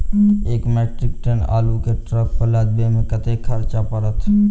एक metric ton आलु केँ ट्रक पर लदाबै मे कतेक खर्च पड़त?